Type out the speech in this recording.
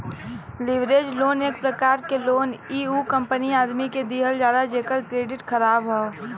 leverage loan एक प्रकार क लोन इ उ कंपनी या आदमी के दिहल जाला जेकर क्रेडिट ख़राब हौ